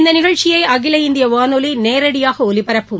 இந்த நிகழ்ச்சியை அகில இந்திய வானொலி நேரடியாக ஒலிபரப்பும்